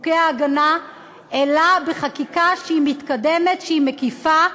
חוקי ההגנה, אלא בחקיקה שהיא מתקדמת, שהיא מקיפה,